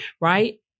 right